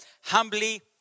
humbly